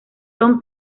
tom